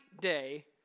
day